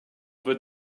wird